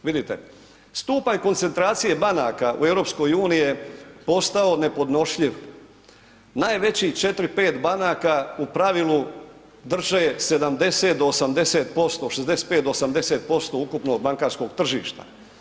Visite, stupanj koncentracije banaka u EU-u je postao nepodnošljiv, najvećih 4, 5 banaka u pravilu drže 70 do 80%, 65 do 80% ukupnog bankarskog tržišta.